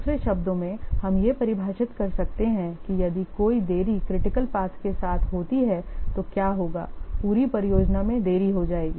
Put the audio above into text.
दूसरे शब्दों में हम यह परिभाषित कर सकते हैं कि यदि कोई देरी क्रिटिकल पाथ के साथ होती है तो क्या होगा पूरी परियोजना में देरी हो जाएगी